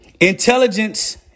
Intelligence